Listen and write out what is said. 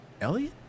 Elliot